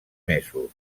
mesos